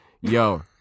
Yo